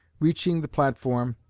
reaching the platform,